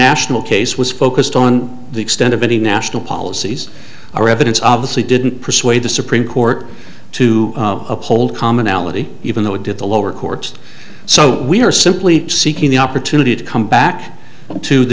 national case was focused on the extent of any national policies or evidence obviously didn't persuade the supreme court to uphold commonality even though it did the lower courts so we are simply seeking the opportunity to come back to